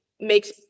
makes